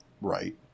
right